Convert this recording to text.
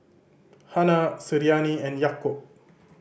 Hana Suriani and Yaakob